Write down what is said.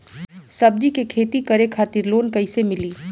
सब्जी के खेती करे खातिर लोन कइसे मिली?